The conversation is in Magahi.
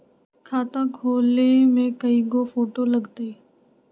खाता खोले में कइगो फ़ोटो लगतै?